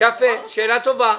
יפה, שאלה טובה.